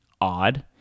odd